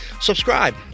Subscribe